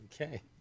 Okay